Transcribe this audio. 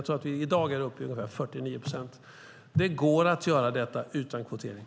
Vi är i dag uppe i ungefär 49 procent. Det går att göra detta utan kvotering.